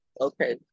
Okay